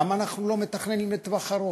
למה אנחנו לא מתכננים לטווח ארוך?